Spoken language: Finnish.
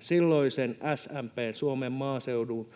silloisen SMP:n, Suomen Maaseudun